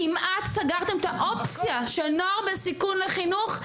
כמעט סגרתם את האופציה של נוער בסיכון לחינוך.